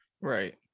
Right